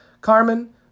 Carmen